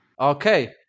Okay